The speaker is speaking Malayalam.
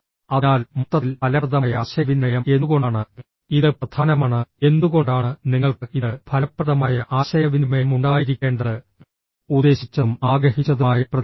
അതിനാൽ മൊത്തത്തിൽ ഫലപ്രദമായ ആശയവിനിമയം എന്തുകൊണ്ടാണ് ഇത് പ്രധാനമാണ് എന്തുകൊണ്ടാണ് നിങ്ങൾക്ക് ഇത് ഫലപ്രദമായ ആശയവിനിമയം ഉണ്ടായിരിക്കേണ്ടത് ഉദ്ദേശിച്ചതും ആഗ്രഹിച്ചതുമായ പ്രതികരണം